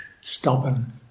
stubborn